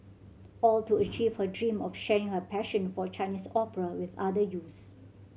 all to achieve her dream of sharing her passion for Chinese opera with other youths